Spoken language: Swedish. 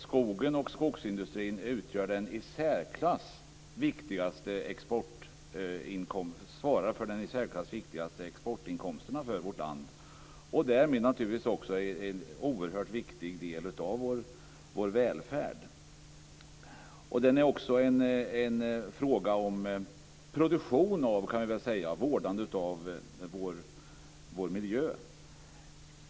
Skogen och skogsindustrin svarar ju för de i särklass viktigaste exportinkomsterna för vårt land och är naturligtvis därmed också en oerhört viktig del av vår välfärd. Man kan också säga att det handlar om produktion av och vårdande av vår miljö.